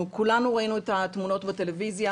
אנחנו כולנו ראינו את התמונות בטלוויזיה,